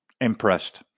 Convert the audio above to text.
impressed